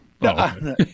No